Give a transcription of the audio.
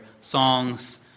songs